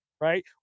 right